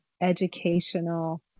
educational